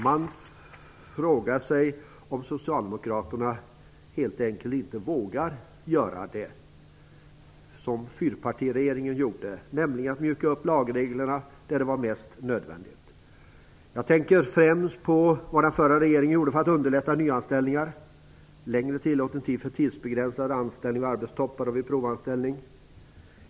Man frågar sig om Socialdemokraterna helt enkelt inte vågar göra det som fyrpartiregeringen gjorde, nämligen mjuka upp lagreglerna där det var mest nödvändigt. Jag tänker främst på vad den förra regeringen gjorde för att underlätta nyanställningar, t.ex. längre tillåten tid för tidsbegränsad anställning vid arbetstoppar och vid provanställning.